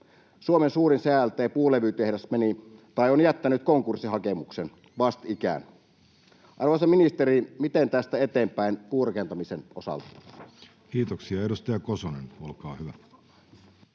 Suomen suurin CLT-puulevytehdas on jättänyt konkurssihakemuksen vastikään. Arvoisa ministeri, miten tästä eteenpäin puurakentamisen osalta? Kiitoksia. — Edustaja Kosonen, olkaa hyvä.